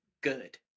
Good